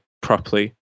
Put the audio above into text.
properly